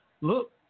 look